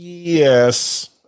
yes